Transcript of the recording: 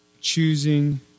choosing